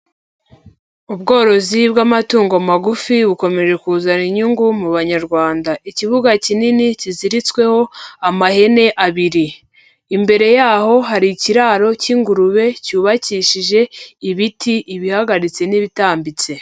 Ubworozi bw'amatungo magufi bukomeje kuzana inyungu mu banyarwanda, ikibuga kinini kiziritsweho amahene abiri, imbere yaho hari ikiraro cy'ingurube cyubakishije ibiti, ibihagaritse n'ibitambitse.